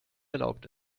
erlaubt